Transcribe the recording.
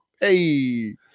Hey